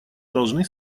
должны